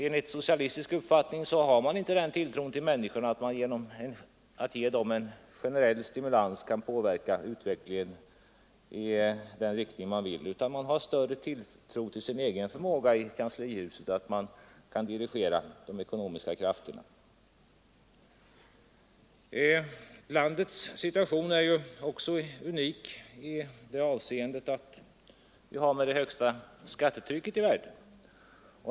Enligt socialistisk uppfattning har man inte den tilltron till människorna att man genom att ge dem en generell stimulans kan påverka utvecklingen i den riktning man vill, utan man har större tilltro till sin egen förmåga i kanslihuset att dirigera de ekonomiska krafterna. Landets situation är ju också unik i det avseendet att vi har det högsta skattetrycket i världen.